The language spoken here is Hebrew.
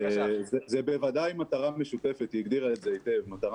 זו בוודאי מטרה משותפת היא הגדירה את זה היטב מטרה